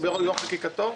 ביום חקיקתו?